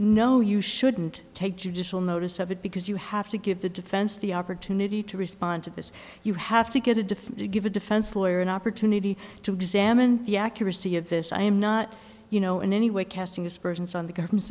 no you shouldn't take judicial notice of it because you have to give the defense the opportunity to respond to this you have to get a diff to give a defense lawyer an opportunity to examine the accuracy of this i am not you know in any way casting aspersions on the government's